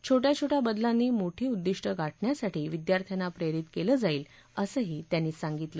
छोटया छोटया बदलांनी मोठी उद्दीष्टय गाठण्यासाठी विद्यार्थ्यांना प्रेरित केलं जाईल असंही ते म्हणाले